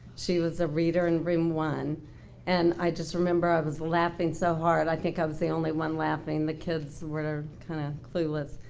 she was a reader in room one and i just remember i was laughing so hard i think i was the only one laughing. the kids were of kind of clueless.